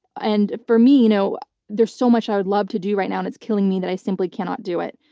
and for me, you know there's so much i would love to do right now and it's killing me that i simply cannot do it.